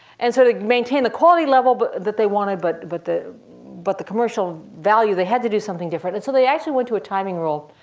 and so to maintain the quality level but that they wanted, but but the but the commercial value, they had to do something different. and so they actually went to a timing rule,